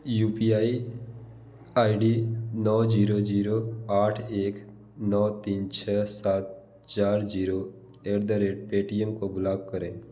you P I I D नौ zero zero आठ एक नौ तीन छः सात चार zero at the rate Paytm को ब्लॉक करें